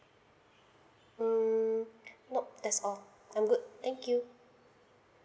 hmm nope that's all I'm good thank you